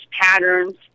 patterns